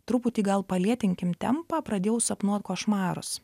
truputį gal palėtinkim tempą pradėjau sapnuot košmarus